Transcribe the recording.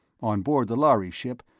on board the lhari ship,